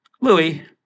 Louis